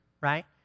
right